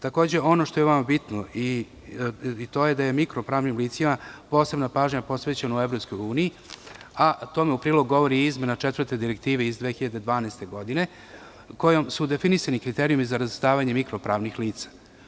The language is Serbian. Takođe, ono što je vama bitno, to je da je mikro pravnim licima posebna pažnja posvećena u EU, a tome u prilogu govori izmena četvrte direktive iz 2012. godine kojom su definisani kriterijumi za razvrstavanje mikro pravnih lica.